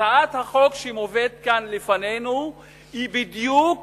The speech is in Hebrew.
הצעת החוק שמובאת כאן לפנינו בדיוק